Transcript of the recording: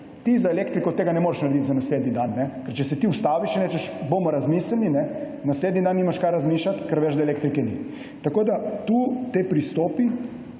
Za elektriko tega ne moreš narediti za naslednji dan. Če se ti ustaviš in rečeš, da bomo razmislili, naslednji dan nimaš kaj razmišljati, ker veš, da elektrike ni. Tako ti prestopi